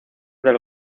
del